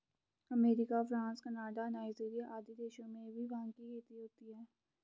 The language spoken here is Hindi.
अमेरिका, फ्रांस, कनाडा, नाइजीरिया आदि देशों में भी भाँग की खेती होती है